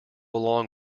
along